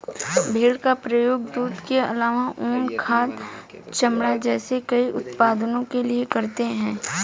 भेड़ का प्रयोग दूध के आलावा ऊन, खाद, चमड़ा जैसे कई उत्पादों के लिए करते है